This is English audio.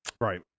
Right